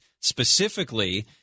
Specifically